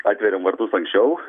atveriam vartus anksčiau